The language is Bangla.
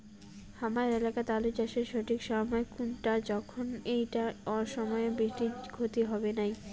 হামার এলাকাত আলু চাষের সঠিক সময় কুনটা যখন এইটা অসময়ের বৃষ্টিত ক্ষতি হবে নাই?